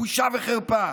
בושה וחרפה.